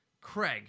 Craig